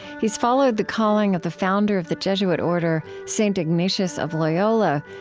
he's followed the calling of the founder of the jesuit order, st. ignatius of loyola,